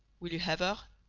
will you have her?